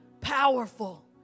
powerful